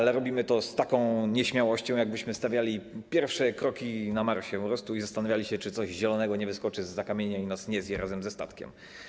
Ale robimy to z taką nieśmiałością, jak byśmy stawiali pierwsze kroki na Marsie i po prostu zastanawiali się, czy coś zielonego nie wyskoczy zza kamienia i nas nie zje razem ze statkiem.